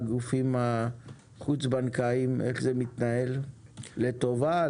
עם הגופים החוץ בנקאיים איך זה מתנהל לטובה?